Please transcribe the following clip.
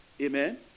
Amen